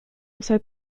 also